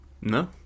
No